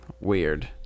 weird